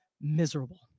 miserable